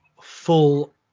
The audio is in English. full